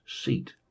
seat